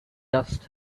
dust